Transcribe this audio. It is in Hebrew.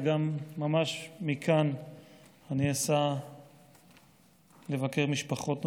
וגם ממש מכאן אני אסע לבקר משפחות נוספות,